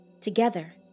Together